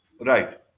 Right